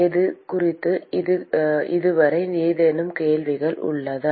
இது குறித்து இதுவரை ஏதேனும் கேள்விகள் உள்ளதா